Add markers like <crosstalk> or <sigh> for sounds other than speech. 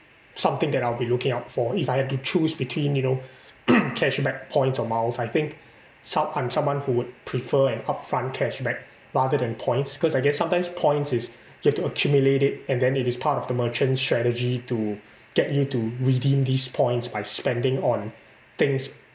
something that I'll be looking out for if I have to choose between you know <noise> cashback points or miles I think some I'm someone who would prefer an upfront cashback rather than points cause I guess sometimes points is you have to accumulate it and then it is part of the merchant's strategy to get you to redeem these points by spending on things